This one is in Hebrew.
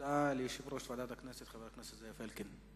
הודעה ליושב-ראש ועדת הכנסת, חבר הכנסת אלקין.